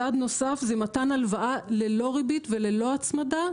צעד נוסף זה מתן הלוואה ללא ריבית וללא הצמדה,